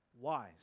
Wise